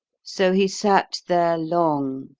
so he sat there long,